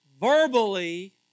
verbally